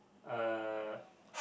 uh